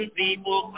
people